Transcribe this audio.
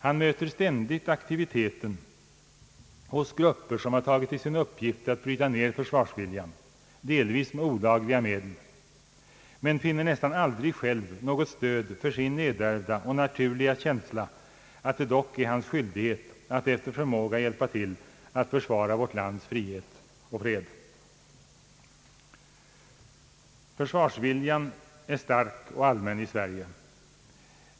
Han möter ständigt aktiviteten hos grupper som har tagit till sin uppgift att bryta ner försvarsviljan — delvis med olagliga medel — men finner nästan aldrig själv något stöd för sin nedärvda och naturliga känsla att det dock är hans skyldighet att efter förmåga hjälpa till att försvara vårt lands frihet och fred. Försvarsviljan är stark och allmän i Sverige.